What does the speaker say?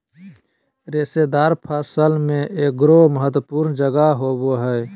रेशेदार फसल में एगोर महत्वपूर्ण जगह होबो हइ